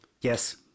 Yes